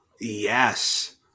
Yes